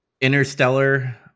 Interstellar